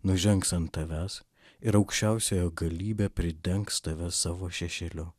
nužengs ant tavęs ir aukščiausiojo galybė pridengs tave savo šešėliu